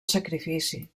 sacrifici